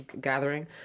gathering